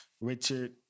Richard